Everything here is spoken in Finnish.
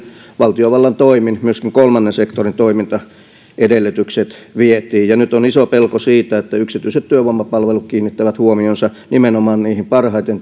valtiovallan toimin myöskin kolmannen sektorin toimintaedellytykset vietiin ja nyt on iso pelko siitä että yksityiset työvoimapalvelut kiinnittävät huomionsa nimenomaan niihin parhaiten